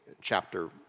chapter